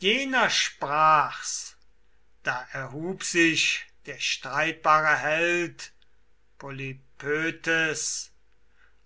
jener sprach's da erhub sich der streitbare held polypötes